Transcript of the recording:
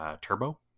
turbo